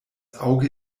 auge